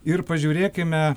ir pažiūrėkime